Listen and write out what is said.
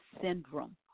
syndrome